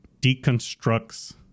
deconstructs